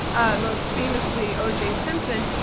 ah most famously oj simpson,